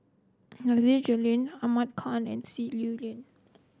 Nasir Jalil Ahmad Khan and Sim